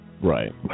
Right